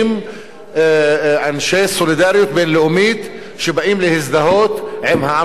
אנשי סולידריות בין-לאומית שבאים להזדהות עם העם הפלסטיני,